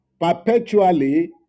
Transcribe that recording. perpetually